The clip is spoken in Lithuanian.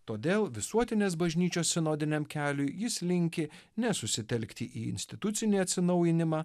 todėl visuotinės bažnyčios sinodiniam keliui jis linki nesusitelkti į institucinį atsinaujinimą